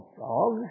dog